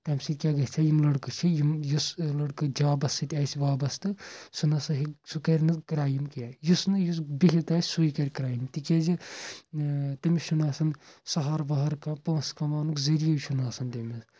تَمہِ سۭتۍ کیاہ گژھِ ہا یِم لڑکہٕ چھِ یِم یُس لڑکہٕ جابس سۭتۍ آسہِ وابسطہٕ سُہ نہٕ ہسا ہیٚکہِ سُہ کرِ نہٕ کرٛایم کینٛہہ یُس نہٕ یُس بِہِتھ آسہِ سُے کرِ کرٛایِم تِکیازِ تٔمِس چھُنہٕ آسان سہارٕ وہارٕ کانٛہہ پونٛسہٕ کَماونُک ذٔریعہِ چھُنہٕ آسان تٔمِس